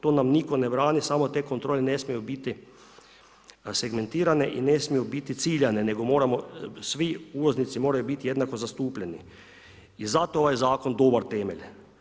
To nam nitko ne brani, samo te kontrole ne smiju biti segmentirane i ne smiju biti ciljane, nego svi uvoznici moraju biti jednako zastupljeni i zato je ovaj zakon dobar temelj.